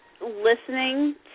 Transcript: listening